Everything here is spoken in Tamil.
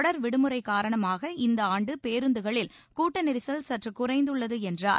தொடர் விடுமுறை காரணமாக இந்த ஆண்டு பேருந்துகளில் கூட்ட நெரிசல் சற்று குறைந்துள்ளது என்றார்